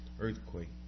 earthquake